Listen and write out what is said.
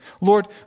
Lord